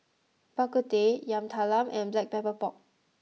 Bak Kut Teh Yam Talam and Black Pepper Pork